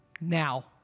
now